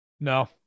No